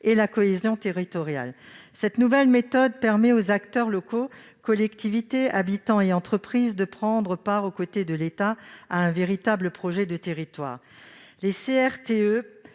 et la cohésion territoriale. Cette nouvelle méthode permet aux acteurs locaux- collectivités, habitants et entreprises -de prendre part, aux côtés de l'État, à un véritable projet de territoire. Les CRTE